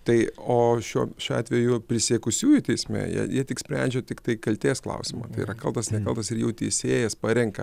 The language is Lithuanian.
tai o šio šiuo atveju prisiekusiųjų teisme jie jie tik sprendžia tiktai kaltės klausimą tai yra kaltas nekaltas ir jų teisėjas parenka